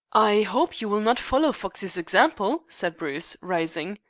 i hope you will not follow foxey's example, said bruce, rising.